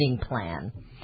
plan